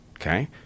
Okay